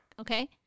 okay